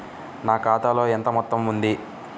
నా ఖాతాలో ఎంత మొత్తం ఉంది?